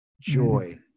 joy